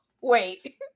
wait